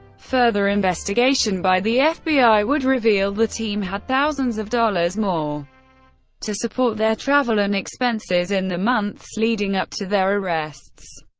further investigation by the fbi would reveal the team had thousands of dollars more to support their travel and expenses in the months leading up to their arrests.